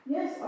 Yes